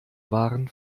waren